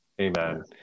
Amen